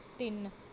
ਤਿੰਨ